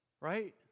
Right